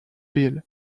bill